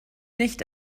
nicht